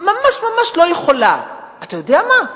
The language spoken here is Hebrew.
ממש ממש לא יכולה, אתה יודע מה?